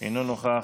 אינו נוכח.